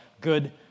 good